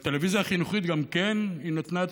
והטלוויזיה החינוכית גם כן נתנה את